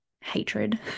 hatred